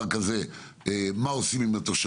במקרה שמחר בבוקר מתגלה בניין כזה; מה עושים עם התושבים,